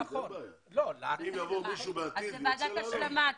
אם יבוא מישהו בעתיד וירצה לעלות --- ועדת השלמה.